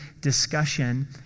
discussion